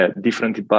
different